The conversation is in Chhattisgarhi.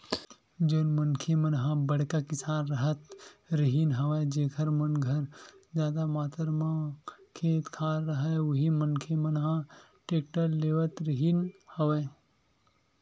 जउन मनखे मन ह बड़का किसान राहत रिहिन हवय जेखर मन घर जादा मातरा म खेत खार राहय उही मनखे मन ह टेक्टर लेवत रिहिन हवय